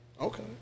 Okay